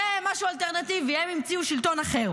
זה משהו אלטרנטיבי, הם המציאו שלטון אחר.